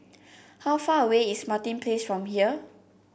how far away is Martin Place from here